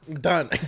done